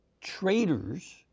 traitors